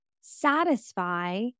satisfy